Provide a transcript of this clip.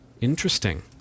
Interesting